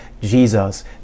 Jesus